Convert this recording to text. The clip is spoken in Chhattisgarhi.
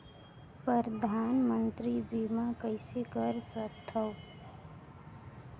परधानमंतरी बीमा कइसे कर सकथव?